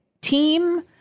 team